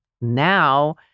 now